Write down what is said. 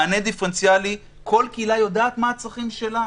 מענה דיפרנציאלי כל קהילה יודעת מה הצרכים שלה.